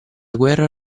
guerra